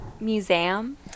Museum